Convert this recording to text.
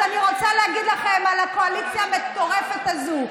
אז אני רוצה להגיד לכם על הקואליציה המטורפת הזו.